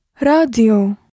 Radio